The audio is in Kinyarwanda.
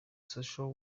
social